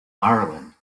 ireland